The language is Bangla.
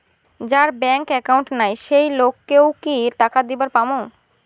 যার ব্যাংক একাউন্ট নাই সেই লোক কে ও কি টাকা দিবার পামু?